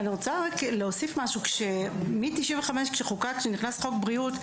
אני רוצה להוסיף משהו, מ-95, כשנחקק חוק הבריאות,